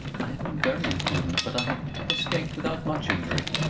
i have been very imprudent but i have escaped without much injury.